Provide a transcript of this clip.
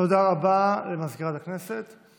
תודה רבה למזכירת הכנסת.